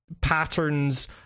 patterns